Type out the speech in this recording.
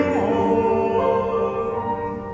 home